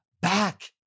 back